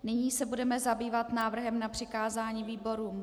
Nyní se budeme zabývat návrhem na přikázání výborům.